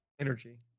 Energy